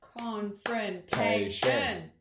confrontation